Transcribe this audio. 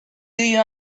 you